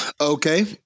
Okay